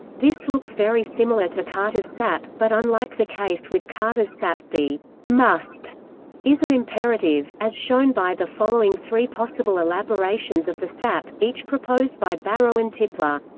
this looks very similar to carter's sap, but unlike the case with carter's sap, the must is an imperative, as shown by the following three possible elaborations of the sap, each proposed by barrow and tipler